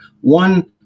one